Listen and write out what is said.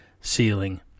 ceiling